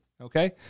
Okay